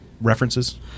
references